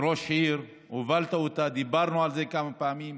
כראש העיר הובלת אותה, דיברנו על זה כמה פעמים,